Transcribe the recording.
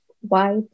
white